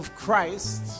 christ